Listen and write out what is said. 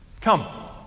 Come